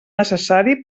necessari